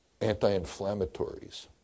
anti-inflammatories